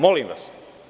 Molim vas.